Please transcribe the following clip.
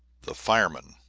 the fireman,